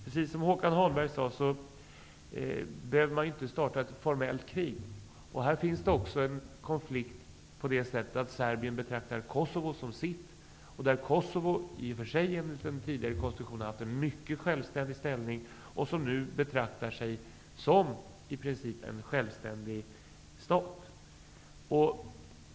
Precis som Håkan Holmberg sade behöver man inte starta ett formellt krig. Här finns också en konflikt så till vida att Serbien betraktar Kosovo som sitt. Kosovo har i och för sig enligt den tidigare konstruktionen haft en mycket självständig ställning och betraktar sig nu som en i princip självständig stat.